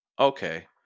okay